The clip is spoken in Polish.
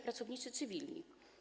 pracownicy cywilni.